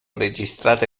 registrate